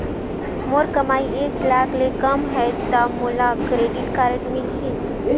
मोर कमाई एक लाख ले कम है ता मोला क्रेडिट कारड मिल ही?